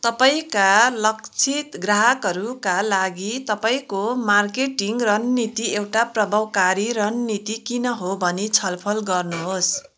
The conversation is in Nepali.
तपाईँँका लक्षित ग्राहकहरूका लागि तपाईँँको मार्केटिङ रणनीति एउटा प्रभावकारी रणनीति किन हो भनी छलफल गर्नुहोस्